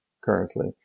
currently